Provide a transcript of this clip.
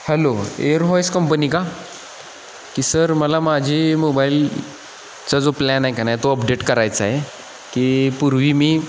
hello Airvoice company का की sir मला माझी मोबाईलचा जो प्लॅन आहे का नाही तो अपडेट करायचा आहे की पूर्वी मी